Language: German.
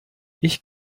ich